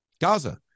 Gaza